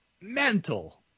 mental